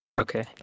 Okay